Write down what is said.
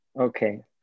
Okay